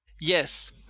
Yes